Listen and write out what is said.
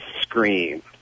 scream